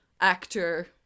actor